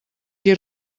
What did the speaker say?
qui